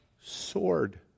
sword